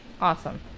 Awesome